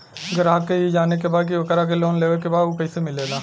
ग्राहक के ई जाने के बा की ओकरा के लोन लेवे के बा ऊ कैसे मिलेला?